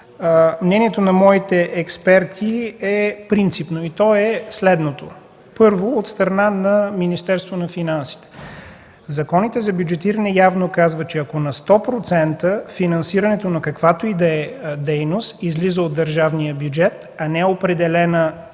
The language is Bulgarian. Мнението на моите експерти е принципно, и то е следното. Първо, от страна на Министерството на финансите законите за бюджетиране явно казват, че ако на 100% финансирането на каквато и да е дейност излиза от държавния бюджет, а не е определена с